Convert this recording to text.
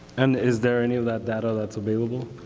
and is there any of that data that's available?